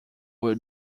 will